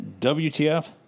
WTF